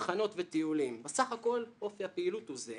מחנות, טיולים, בסך הכול אופי הפעילות הוא זהה.